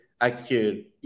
execute